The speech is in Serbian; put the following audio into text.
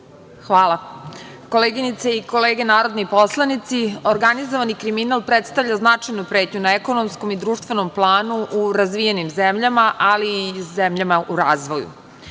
Hvala. Koleginice i kolege narodni poslanici, organizovani kriminal predstavlja značajnu pretnju na ekonomskom i društvenom planu u razvijenim zemljama, ali i zemljama u razvoju.